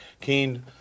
keen